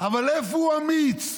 אבל איפה הוא אמיץ?